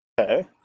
Okay